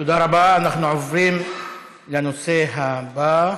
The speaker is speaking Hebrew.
אנחנו נעבור לנושא הבא: